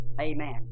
Amen